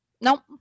Nope